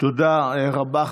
תודה רבה.